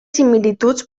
similituds